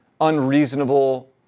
unreasonable